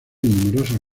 numerosas